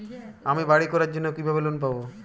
আমি বাড়ি করার জন্য কিভাবে লোন পাব?